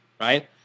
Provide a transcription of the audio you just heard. right